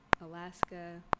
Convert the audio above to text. Alaska